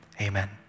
Amen